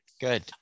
good